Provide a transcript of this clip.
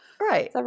Right